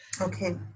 okay